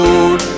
Lord